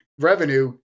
Revenue